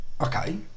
okay